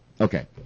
Okay